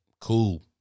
Cool